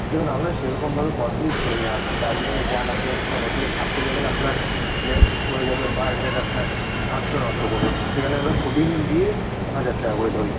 দেখুন আমরা সেরকমভাবে কস্টলি ধরি না আপনি দার্জিলিংয়ে যান আপনি একটা হোটেলে থাকতে যাবেন আপনার রেন্ট পড়ে যাবে পার হেড আপনার আটশো নশো করে সেখানে আমরা ফুডিং দিয়ে হাজার টাকা করে ধরি